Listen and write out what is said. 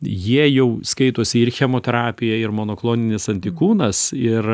jie jau skaitosi ir chemoterapija ir monokloninis antikūnas ir